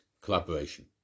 Collaboration